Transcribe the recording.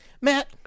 matt